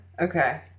Okay